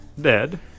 dead